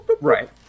Right